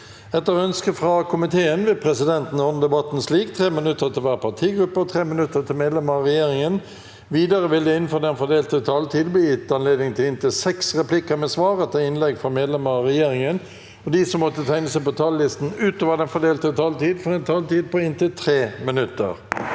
Etter ønske fra komiteen vil presidenten ordne debatten slik: 3 minutter til hver partigruppe og 3 minutter til medlemmer av regjeringen. Videre vil det – innenfor den fordelte taletid – bli gitt anledning til inntil seks replikker med svar etter innlegg fra medlemmer av regjeringen, og de som måtte tegne seg på talerlisten utover den fordelte taletid, får også en taletid på inntil 3 minutter.